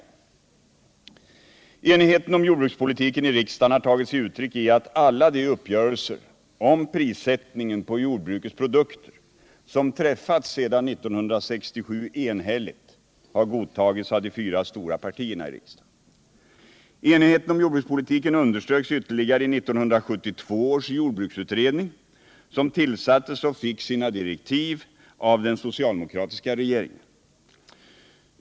Enigheten i riksdagen om jordbrukspolitiken har tagit sig uttryck i att alla de uppgörelser om prissättningen på jordbrukets produkter som träffats sedan 1967 enhälligt godtagits av de fyra stora partierna i riksdagen. Denna enighet om jordbrukspolitiken underströks ytterligare i 1972 års jordbruksutredning, som tillsattes och fick sina direktiv av den socialdemokratiska regeringen.